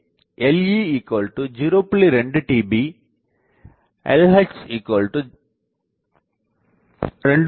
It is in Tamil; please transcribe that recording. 2 dB Lh 2